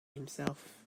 himself